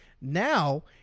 Now